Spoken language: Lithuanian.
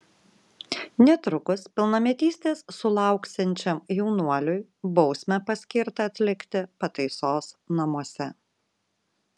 netrukus pilnametystės sulauksiančiam jaunuoliui bausmę paskirta atlikti pataisos namuose